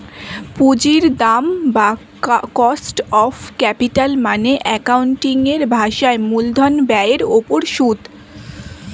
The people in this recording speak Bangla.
পুঁজির দাম বা কস্ট অফ ক্যাপিটাল মানে অ্যাকাউন্টিং এর ভাষায় মূলধন ব্যয়ের উপর সুদ